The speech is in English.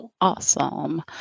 Awesome